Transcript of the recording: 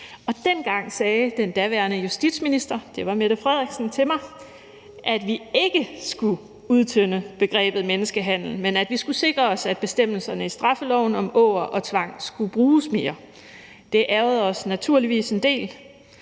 Dengang sagde den daværende justitsminister – det var Mette Frederiksen – til mig, at vi ikke skulle udtynde begrebet menneskehandel, men at vi skulle sikre os, at bestemmelserne i straffeloven om åger og tvang skulle bruges mere. Det ærgrede os naturligvis en del,